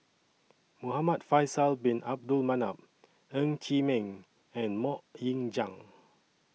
Muhamad Faisal Bin Abdul Manap Ng Chee Meng and Mok Ying Jang